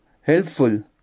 helpful